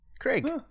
Craig